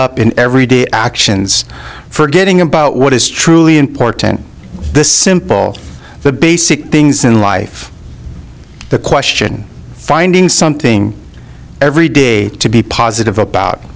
up in everyday actions forgetting about what is truly important the simple the basic things in life the question finding something every day to be positive about